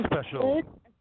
special